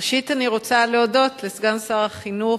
ראשית אני רוצה להודות לסגן שר החינוך,